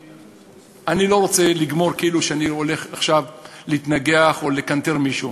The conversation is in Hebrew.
אני לא רוצה לגמור כאילו אני הולך עכשיו להתנגח או לקנטר מישהו,